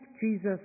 Jesus